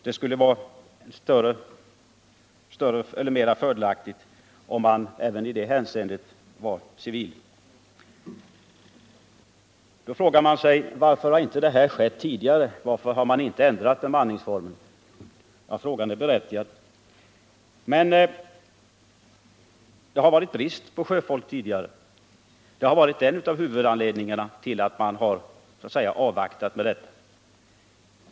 Det skulle vara mer fördelaktigt om man även i det hänseendet var civil. Då frågar man sig: Varför har inte någon ändring skett tidigare? Varför har man inte ändrat bemanningsformen? Frågorna är berättigade. Det har varit brist på sjöfolk tidigare. Det har varit en av huvudanledningarna till att man avvaktat med detta.